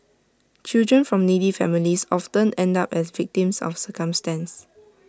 children from needy families often end up as victims of circumstance